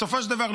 בסופו של דבר,